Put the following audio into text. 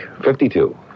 fifty-two